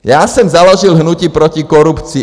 Já jsem založil hnutí proti korupci.